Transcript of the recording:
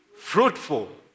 fruitful